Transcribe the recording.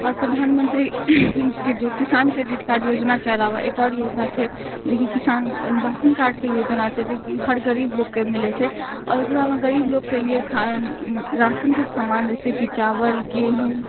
आओर प्रधानमन्त्रीके जो किसान क्रेडिट कार्ड योजनाके अलावा एक आओर योजना छै जेकि किसान राशन कार्डके योजना छै जेकि हर गरीब लोकके मिलै छै आओर ओकरामे गरीब लोकके लिए राशनके समान जइसेकि चावल गेहूँ